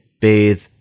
bathe